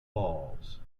falls